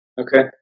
Okay